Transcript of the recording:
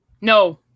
No